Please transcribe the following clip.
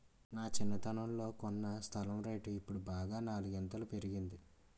నా చిన్నతనంలో కొన్న స్థలం రేటు ఇప్పుడు బాగా నాలుగింతలు పెరిగింది